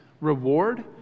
reward